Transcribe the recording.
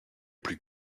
plus